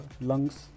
lungs